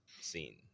scene